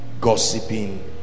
gossiping